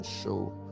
show